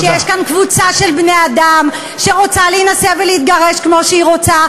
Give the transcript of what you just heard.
היא תאפשר לכל בן-אדם להיכנס למקומות ציבוריים,